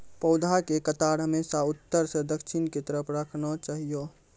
पौधा के कतार हमेशा उत्तर सं दक्षिण के तरफ राखना चाहियो